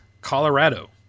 Colorado